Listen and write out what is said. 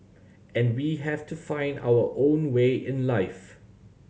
and we have to find our own way in life